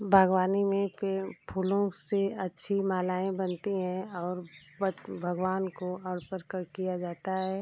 बागवानी में पेड़ फूलों से अच्छी मालाएँ बनती हैं और भगवान को अणपर कर किया जाता है